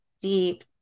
deep